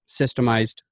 systemized